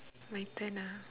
my turn ah